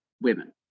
women